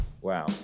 wow